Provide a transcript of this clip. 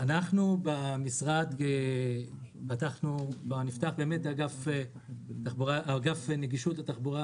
במשרד התחבורה נפתח אגף נגישות לתחבורה.